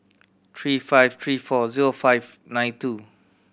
three five three four zero five nine two